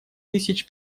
тысяч